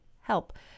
help –